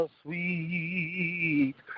sweet